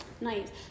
Nice